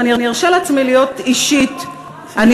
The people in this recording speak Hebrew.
ואני ארשה לעצמי להיות אישית באופן,